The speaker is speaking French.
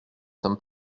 sommes